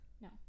No